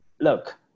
look